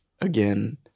again